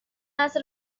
است